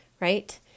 right